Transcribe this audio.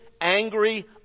angry